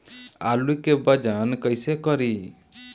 आलू के वजन कैसे करी?